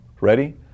Ready